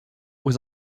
was